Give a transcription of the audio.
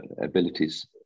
abilities